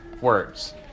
words